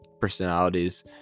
personalities